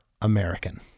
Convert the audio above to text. American